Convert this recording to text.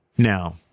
Now